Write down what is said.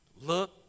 Look